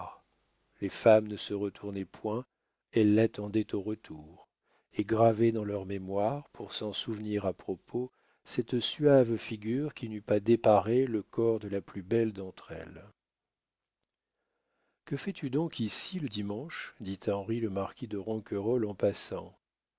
les femmes ne se retournaient point elles l'attendaient au retour et gravaient dans leur mémoire pour s'en souvenir à propos cette suave figure qui n'eût pas déparé le corps de la plus belle d'entre elles que fais-tu donc ici le dimanche dit à henri le marquis de ronquerolles en passant